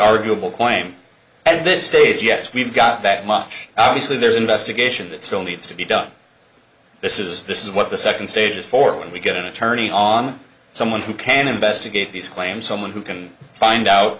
arguable point at this stage yes we've got that much obviously there's investigation that still needs to be done this is this is what the second stage is for when we get an attorney on someone who can investigate these claims someone who can find out